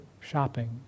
shopping